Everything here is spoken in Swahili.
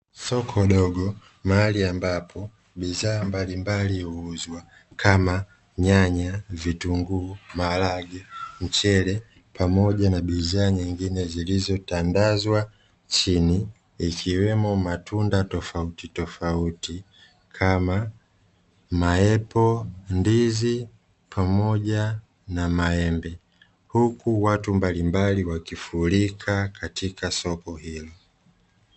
Soko dogo mahali ambapo bidhaa mbalimbali huuzwa kama nyanya, vitunguu, maharage, mchele pamoja na bidhaa nyingine zilizotandazwa chini ikiwemo matunda tofauti tofauti kama maepo, ndizi pamoja na maembe huku watu mbalimbali wakifurika katika soko hilo.